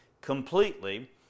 completely